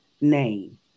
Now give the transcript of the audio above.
name